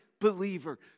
believer